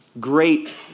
Great